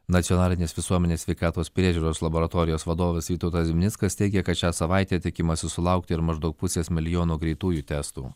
nacionalinės visuomenės sveikatos priežiūros laboratorijos vadovas vytautas zimnickas teigė kad šią savaitę tikimasi sulaukti ir maždaug pusės milijono greitųjų testų